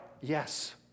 Yes